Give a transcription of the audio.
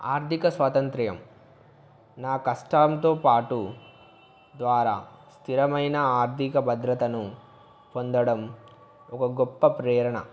ఆర్థిక స్వతంత్రం నా కష్టాంతో పాటు ద్వారా స్థిరమైన ఆర్థిక భద్రతను పొందడం ఒక గొప్ప ప్రేరణ